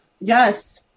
Yes